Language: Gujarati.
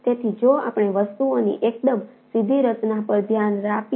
તેથી જો આપણે વસ્તુઓની એકદમ સીધી રચના પર ધ્યાન આપીએ